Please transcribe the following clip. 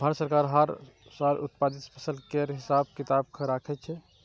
भारत सरकार हर साल उत्पादित फसल केर हिसाब किताब राखै छै